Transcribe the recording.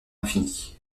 infini